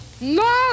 No